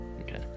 okay